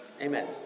Amen